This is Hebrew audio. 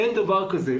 אין דבר כזה.